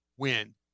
Win